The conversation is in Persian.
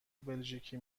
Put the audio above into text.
بلژیکی